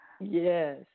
Yes